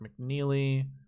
mcneely